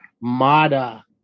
Mada